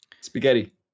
Spaghetti